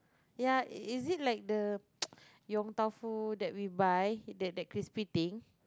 ya is is it like the yong-tau-foo that we buy that that crispy thing